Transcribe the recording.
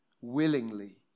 willingly